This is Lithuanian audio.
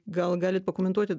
gal galit pakomentuoti